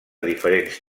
diferents